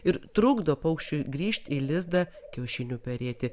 ir trukdo paukščiui grįžti į lizdą kiaušinių perėti